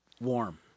Warm